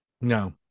No